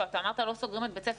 אמרת, לא סוגרים את בית ספר.